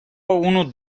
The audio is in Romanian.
unu